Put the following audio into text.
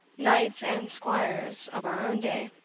knights, and squires of our own day,